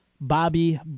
Bobby